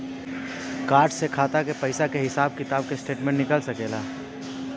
Card से खाता के पइसा के हिसाब किताब के स्टेटमेंट निकल सकेलऽ?